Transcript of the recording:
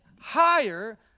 higher